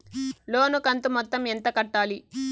లోను కంతు మొత్తం ఎంత కట్టాలి?